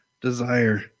desire